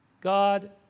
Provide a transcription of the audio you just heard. God